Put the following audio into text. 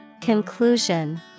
Conclusion